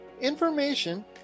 information